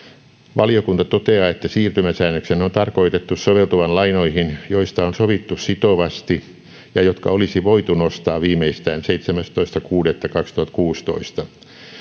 valiokunta toteaa että siirtymäsäännöksen on tarkoitettu soveltuvan lainoihin joista on sovittu sitovasti ja jotka olisi voitu nostaa viimeistään seitsemästoista kuudetta kaksituhattakuusitoista